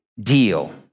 deal